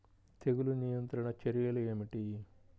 తెగులు నియంత్రణ చర్యలు ఏమిటి?